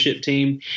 team